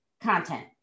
content